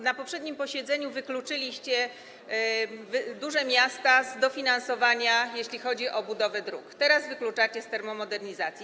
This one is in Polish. Na poprzednim posiedzeniu wykluczyliście duże miasta z dofinansowania, jeśli chodzi o budowę dróg, teraz wykluczacie z termomodernizacji.